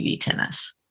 Tennis